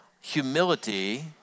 humility